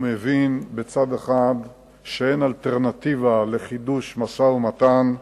הוא מבין מצד אחד שאין אלטרנטיבה לחידוש משא-ומתן,